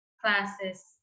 classes